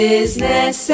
Business